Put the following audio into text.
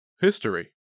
History